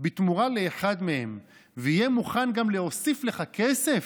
בתמורה לאחד מהם ויהיה מוכן גם להוסיף לך כסף,